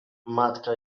matka